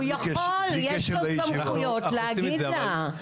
הוא יכול, יש לו סמכויות להגיד לה.